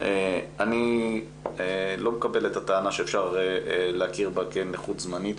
אני לא מקבל את הטענה שאפשר להכיר בה כנכות זמנית,